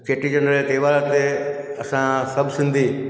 चेटीचंड जे त्योहार ते असां सभु सिंधी